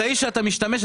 באמצעי שאתה משתמש,